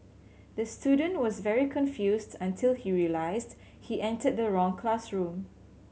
the student was very confused until he realised he entered the wrong classroom